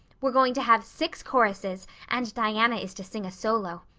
we're going to have six choruses and diana is to sing a solo.